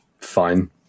fine